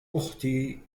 أختي